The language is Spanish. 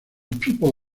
people